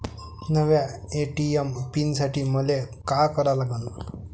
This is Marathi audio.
नव्या ए.टी.एम पीन साठी मले का करा लागन?